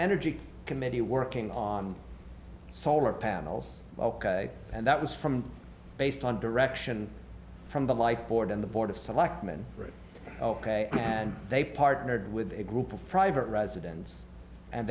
energy committee working on solar panels ok and that was from based on direction from the light board and the board of selectmen ok and they partnered with a group of private residence and